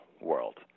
world